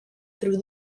through